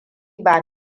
ba